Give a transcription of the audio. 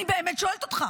אני באמת שואלת אותך.